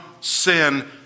sin